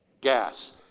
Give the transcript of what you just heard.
Gas